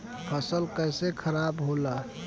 फसल कैसे खाराब होला?